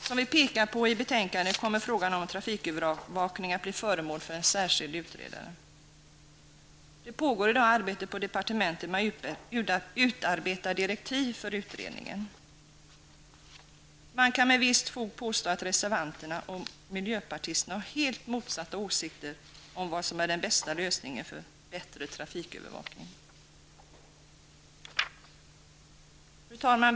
Som vi påpekar i betänkandet kommer frågan om trafikövervakning att bli föremål för en särskild utredning. Det pågår arbete på departementet med att utarbeta direktiv för utredningen. Man kan med visst fog påstå att reservanterna -- moderater och miljöpartister -- har helt motsatta åsikter om vad som är den bästa lösningen för bättre trafikövervakning. Fru talman!